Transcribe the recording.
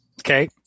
Okay